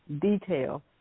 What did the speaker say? detail